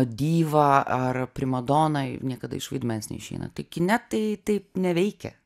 dyva ar primadona niekada iš vaidmens neišeina tai kine tai taip neveikia